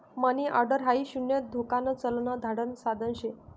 मनी order हाई शून्य धोकान चलन धाडण साधन शे